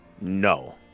No